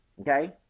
Okay